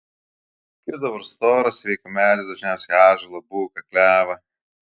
kirsdavo storą sveiką medį dažniausiai ąžuolą buką klevą